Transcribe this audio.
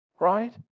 right